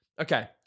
Okay